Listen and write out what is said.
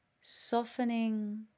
softening